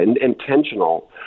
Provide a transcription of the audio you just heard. intentional